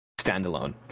standalone